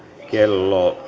kello